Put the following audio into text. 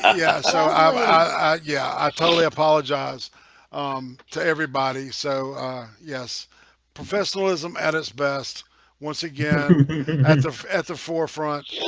ah yeah, so ah yeah, i totally apologize to everybody so yes professionalism at its best once again kind of at the forefront